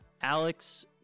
Alex